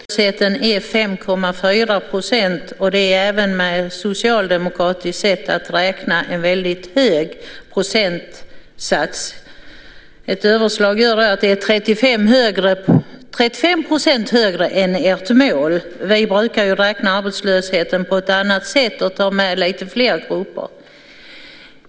Herr talman! I dag hörde jag att arbetslösheten är 5,4 %. Det är även med ett socialdemokratiskt sätt att räkna en mycket hög procentsats. Om jag gör ett överslag innebär det att den är 35 % högre än ert mål. Vi brukar beräkna arbetslösheten på ett annat sätt och ta med lite fler grupper.